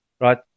right